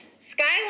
Skyline